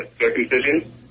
circumcision